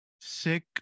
sick